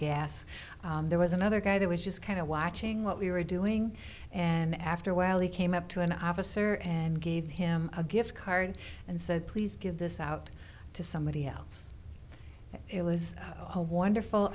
gas there was another guy that was just kind of watching what we were doing and after a while he came up to an officer and gave him a gift card and said please give this out to somebody else it was a wonderful